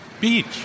beach